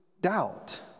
doubt